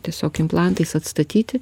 tiesiog implantais atstatyti